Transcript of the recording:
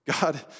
God